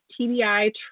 TBI